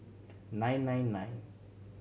nine nine nine